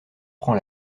prend